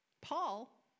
Paul